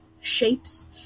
shapes